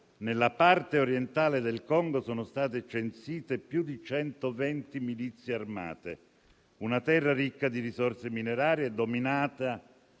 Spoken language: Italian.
Nella parte orientale del Congo sono state censite più di 120 milizie armate. È una terra ricca di risorse minerarie, dominata